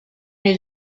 new